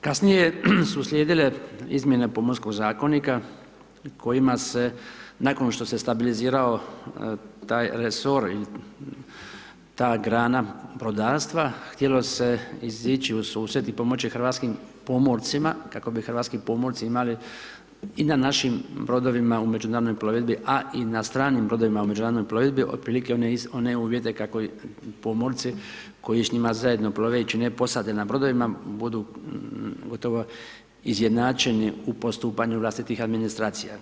Kasnije su slijedile izmjene Pomorskog zakonika kojima se nakon što se stabilizirao taj resor i ta grana brodarstva htjelo se je izići u susret i pomoći hrvatskim pomorcima, kako bi hrvatski pomorci imali i na našim brodovima u međunarodnoj plovidbi, a i na stranim brodovima u međunarodnoj plovidbi, otprilike, one uvjete kako oni pomorci, koji s njima zajedno plove i čine posade na brodovima, budu gotovo izjednačene u postupanju vlastitih administracija.